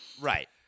Right